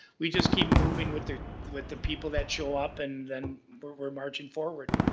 we just keep moving with the with the people that show up and then we're we're marching forward.